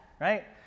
right